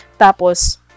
Tapos